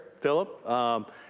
Philip